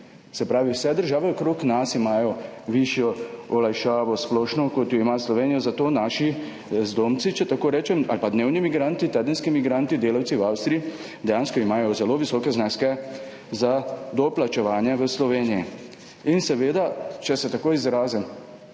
Se pravi, vse države okrog nas imajo višjo olajšavo splošno, kot jo ima Slovenija zato naši zdomci, če tako rečem, ali pa dnevni migranti, tedenski migranti, delavci v Avstriji dejansko imajo zelo visoke zneske za doplačevanje v Sloveniji. In seveda, če se tako izrazim,